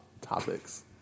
topics